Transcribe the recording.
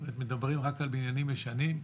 מדברים רק על בניינים ישנים.